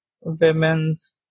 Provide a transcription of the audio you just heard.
women's